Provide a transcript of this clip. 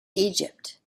egypt